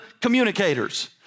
communicators